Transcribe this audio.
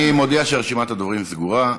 אני מודיע שרשימת הדוברים סגורה.